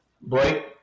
Blake